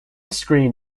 screen